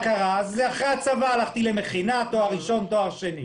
אחרי הצבא הלכתי למכינה, תואר ראשון ותואר שני.